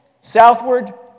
southward